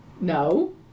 No